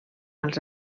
als